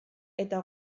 eta